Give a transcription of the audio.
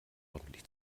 ordentlich